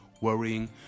worrying